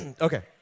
Okay